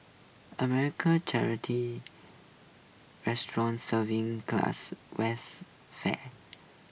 American charity restaurant serving classic western fare